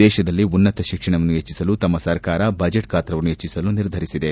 ದೇಶದಲ್ಲಿ ಉನ್ನತ ಶಿಕ್ಷಣವನ್ನು ಹೆಚ್ಚಿಸಲು ತಮ್ಮ ಸರ್ಕಾರ ಬಜೆಟ್ ಗಾತ್ರವನ್ನು ಹೆಚ್ಚಿಸಲು ನಿರ್ಧರಿಸಿದೆ